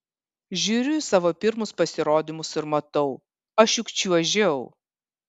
žiūriu į savo pirmus pasirodymus ir matau aš juk čiuožiau